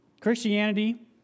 Christianity